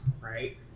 right